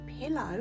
pillow